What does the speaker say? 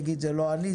יגיד: זה לא אני,